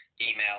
email